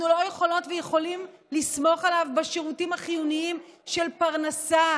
אנחנו לא יכולות ויכולים לסמוך עליו בשירותים החיוניים של פרנסה,